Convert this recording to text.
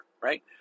right